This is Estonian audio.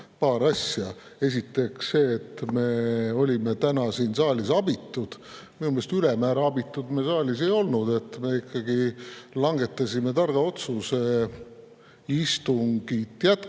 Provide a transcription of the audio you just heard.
Paar asja. Esiteks see, et me olime täna siin saalis abitud. Minu meelest ülemäära abitud me saalis ei olnud, me ikkagi langetasime targa otsuse istungit jätkata